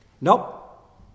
Nope